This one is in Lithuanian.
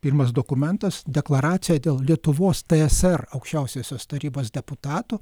pirmas dokumentas deklaracija dėl lietuvos tsr aukščiausiosios tarybos deputatų